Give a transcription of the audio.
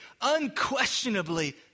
unquestionably